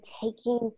taking